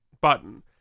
button